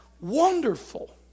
Wonderful